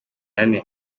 ane